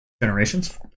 generations